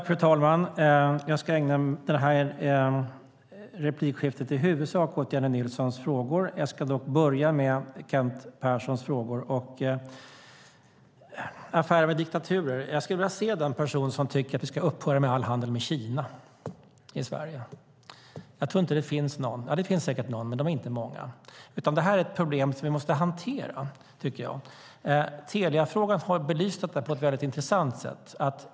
Fru talman! Jag ska ägna det här replikskiftet i huvudsak åt Jennie Nilssons frågor. Jag ska dock börja med Kent Perssons frågor. Affärer med diktaturer: Jag skulle vilja se den person i Sverige som tycker att vi ska upphöra med all handel med Kina. Det finns säkert någon, men det är inte många. Jag tror att det här är ett problem som vi måste hantera. Teliafrågan har belyst detta på ett mycket intressant sätt.